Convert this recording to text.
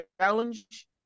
challenge